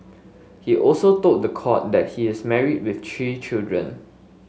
he also told the court that he is married with three children